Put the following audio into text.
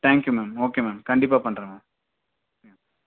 thank you ma'am okay ma'am கண்டிப்பாக பண்ணுறன் ma'am ம்